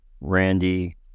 Randy